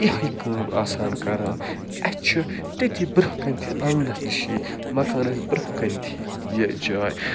یِہوٚے کٲم آسان کَران اَسہِ چھِ تٔتھی برٛۄنٛہہ کَنہِ تھی آنٛگنس نِشی مَکانس برٛۄنٛہہ کنہِ تھی یہِ جاے